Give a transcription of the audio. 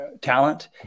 talent